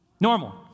Normal